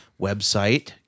website